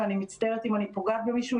ואני מצטערת אם אני פוגעת במישהו,